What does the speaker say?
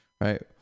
right